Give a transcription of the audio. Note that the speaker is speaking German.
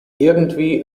irgendwie